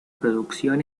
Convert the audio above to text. producción